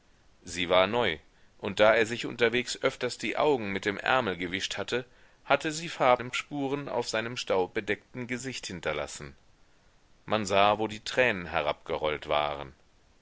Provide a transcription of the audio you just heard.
sie war neu und da er sich unterwegs öfters die augen mit dem ärmel gewischt hatte hatte sie farbenspuren auf seinem staubbedeckten gesicht hinterlassen man sah wo die tränen herabgerollt waren